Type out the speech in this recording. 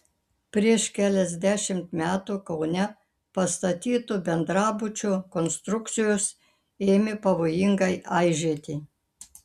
prieš keliasdešimt metų kaune pastatyto bendrabučio konstrukcijos ėmė pavojingai aižėti